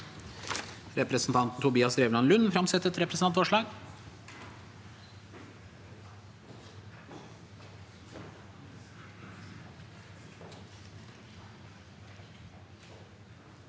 Representanten Tobias Drevland Lund vil framsette et representantforslag.